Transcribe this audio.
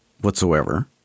whatsoever